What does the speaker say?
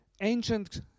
ancient